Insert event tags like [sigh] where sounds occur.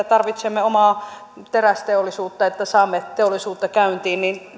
[unintelligible] tarvitsemme omaa terästeollisuutta että saamme teollisuutta käyntiin niin